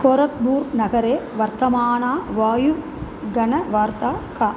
कोरक्बूर्नगरे वर्तमाना वायुगुणवार्ता का